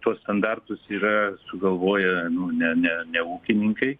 tuos standartus yra sugalvoję nu ne ne ne ūkininkai